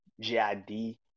G-I-D